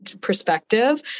perspective